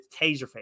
Taserface